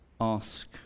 ask